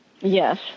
Yes